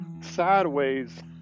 sideways